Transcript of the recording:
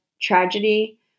tragedy